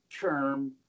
term